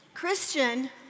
Christian